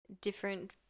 different